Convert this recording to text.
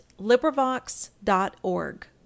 LibriVox.org